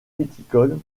viticole